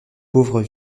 pauvres